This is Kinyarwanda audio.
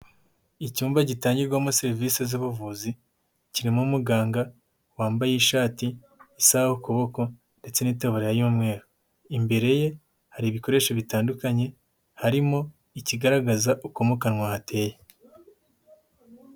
Icyumba gitangirwamo serivise z'ubuvuzi, kirimo umuganga, wambaye ishati, isaha ku kuboko ndetse n'itaburiya y'umweru, imbere ye hari ibikoresho bitandukanye, harimo ikigaragaza uko mu kanwa hateye.